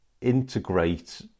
integrate